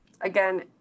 Again